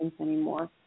anymore